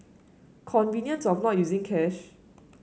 convenience of not using cash